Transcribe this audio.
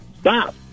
stop